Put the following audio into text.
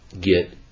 get